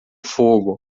fogo